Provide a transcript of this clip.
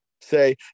Say